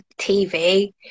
tv